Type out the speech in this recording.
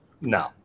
No